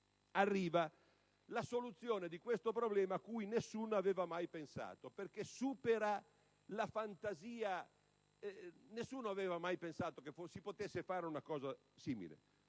arriva una soluzione a cui nessuno aveva mai pensato, perché supera anche la fantasia: nessuno aveva mai pensato che si potesse fare una cosa simile.